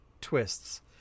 Twists